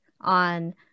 on